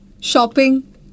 shopping